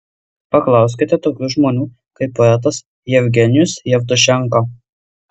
paklauskite tokių žmonių kaip poetas jevgenijus jevtušenka